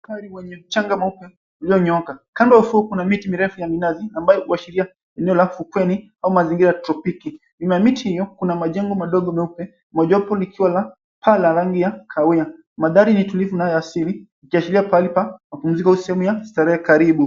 ...kwenye mchanga mweupe iliyonyoka. Kando ya ufuo kuna miti mirefu ya minazi ambayo waashiria eneo la fukweni au mazingira ya tropiki. Nyuma ya miti hiyo kuna majengo madogo meupe, mojawapo likiwa la pale rangi ya kahawia. Mandhari ni tulivu nayo ya asili, likiachilia pale pa mapumziko au sehemu ya starehe karibu.